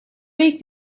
week